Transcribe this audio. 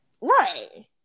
Right